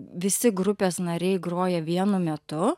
visi grupės nariai groja vienu metu